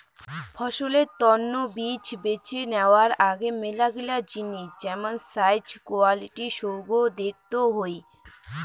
ফসলের তন্ন বীজ বেছে নেওয়ার আগে মেলাগিলা জিনিস যেমন সাইজ, কোয়ালিটি সৌগ দেখত হই